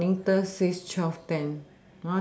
your monitor says twelve ten